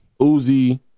Uzi